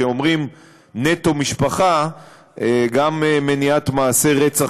כשאומרים "נטו משפחה" גם מניעת מעשי רצח